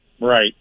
right